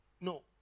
No